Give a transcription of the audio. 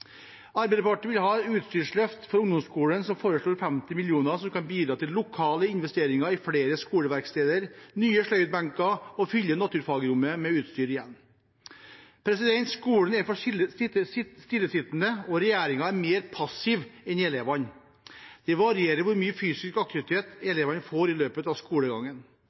Arbeiderpartiet vil ha et utstyrsløft for ungdomsskolen og foreslår 50 millioner, som kan bidra til lokale investeringer i flere skoleverksteder, nye sløydbenker og å fylle naturfagrommet med utstyr igjen. Skolen er for stillesittende, og regjeringen er mer passiv enn elevene. Det varierer hvor mye fysisk aktivitet elevene får i løpet av skolegangen.